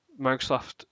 Microsoft